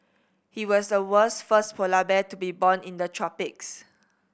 he was the world's first polar bear to be born in the tropics